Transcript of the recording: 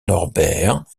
norbert